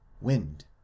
wind